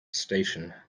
station